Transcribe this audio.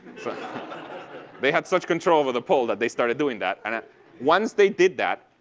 so they had such control over the poll that they started doing that, and once they did that,